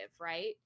right